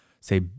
say